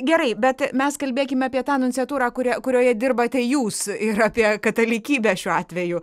gerai bet mes kalbėkime apie tą nunciatūrą kuria kurioje dirbate jūs ir apie katalikybę šiuo atveju